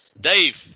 Dave